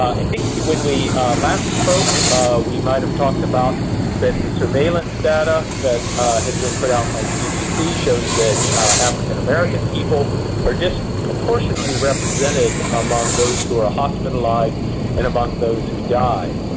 i think when we last spoke we might have talked about that the surveillance data that has been put out by cdc shows that african-american people are disproportionately represented among those who are hospitalized and among those who die.